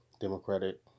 Democratic